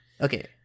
okay